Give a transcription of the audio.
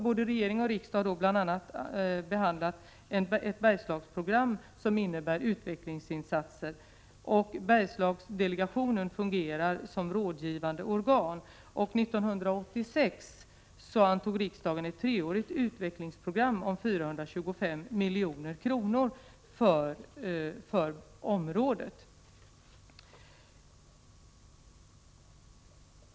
Både regering och riksdag behandlade bl.a. ett Bergslagsprogram, som innebar utvecklingsinsatser. Bergslagsdelegationen fungerar som rådgivande organ. 1986 antog riksdagen ett treårigt utvecklingsprogram om 425 milj.kr. för området.